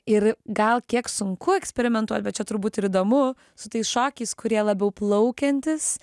ir gal kiek sunku eksperimentuot bet čia turbūt ir įdomu su tais šokiais kurie labiau plaukiantys